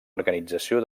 organització